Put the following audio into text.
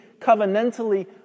covenantally